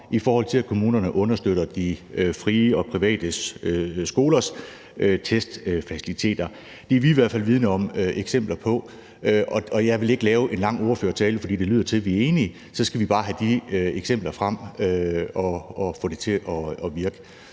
i forhold til at kommunerne understøtter de frie og private skolers testfaciliteter. Det er vi i hvert fald vidende om eksempler på. Jeg vil ikke holde en lang ordførertale, for det lyder til, at vi er enige. Vi skal bare have de eksempler frem og få det til at virke.